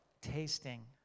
tasting